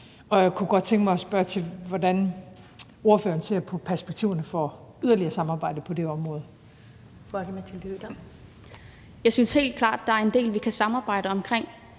Jeg kunne godt tænke mig at spørge til, hvordan ordføreren ser på perspektiverne for yderligere samarbejde på det område. Kl. 15:50 Første næstformand (Karen